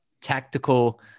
tactical